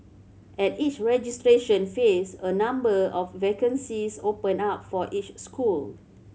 at each registration phase a number of vacancies open up for each school